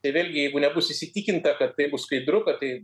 tai vėlgi jeigu nebus įsitikinta kad tai bus skaidru kad tai